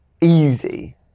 easy